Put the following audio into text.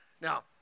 Now